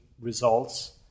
results